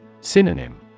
Synonym